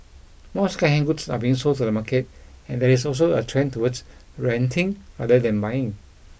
more second hand goods are being sold in the market and there is also a trend towards renting rather than buying